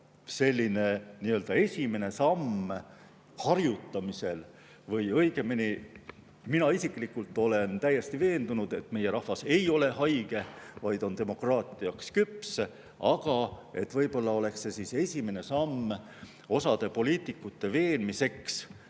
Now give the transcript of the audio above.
selline nii-öelda esimene samm harjutamiseks. Õigemini, mina isiklikult olen täiesti veendunud, et meie rahvas ei ole haige, vaid on demokraatiaks küps, aga võib-olla oleks see esimene samm osa poliitikute veenmiseks,